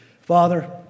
Father